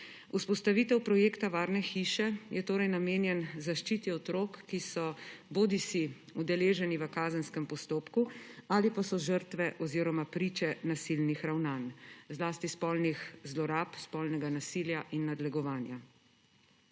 Vzpostavitev projekta varne hiše je torej namenjena zaščiti otrok, ki so bodisi udeleženi v kazenskem postopku bodisi žrtve oziroma priče nasilnih ravnanj, zlasti spolnih zlorab, spolnega nasilja in nadlegovanja.